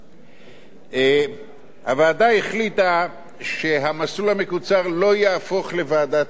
הוועדה החליטה שהמסלול המקוצר לא יהפוך להוראת קבע,